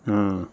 ஆ